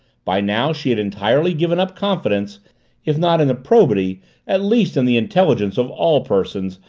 by now she had entirely given up confidence if not in the probity at least in the intelligence of all persons,